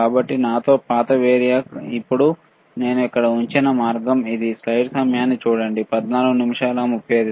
కాబట్టి నాతో పాత వేరియాక్ ఇప్పుడు నేను ఇక్కడ ఉంచిన మార్గం ఉంది